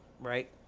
right